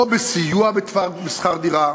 או לסיוע בשכר דירה.